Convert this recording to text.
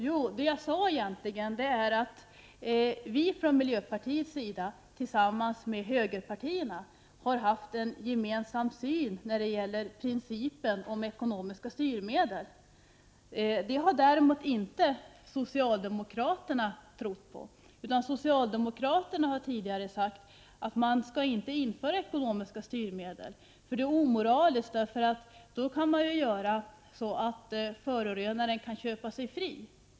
Vad jag egentligen sade var att vi från miljöpartiets sida tillsammans med högerpartierna har haft en gemensam syn när det gäller principen om ekonomiska styrmedel. Socialdemokraterna har däremot inte trott på den principen. Socialdemokraterna har tidigare sagt att man inte skall införa ekonomiska styrmedel. De anser att det är omoraliskt eftersom man då kan göra så att förorenaren kan köpa sig fri.